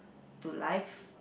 to life